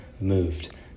moved